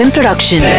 Production